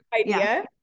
idea